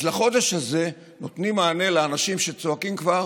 אז בחודש הזה נותנים מענה לאנשים שחלקם צועקים כבר